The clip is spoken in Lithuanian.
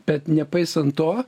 bet nepaisant to